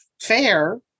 fair